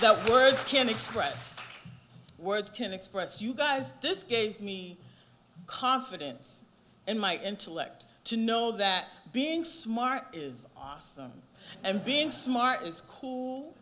that words can express words can express you guys this gave me confidence in my intellect to know that being smart is awesome and being smart is cool